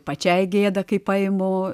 pačiai gėda kai paimu